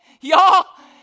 y'all